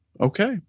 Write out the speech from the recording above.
Okay